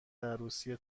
عروسی